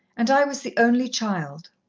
and i was the only child.